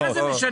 מה זה משנה?